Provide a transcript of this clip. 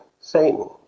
Satan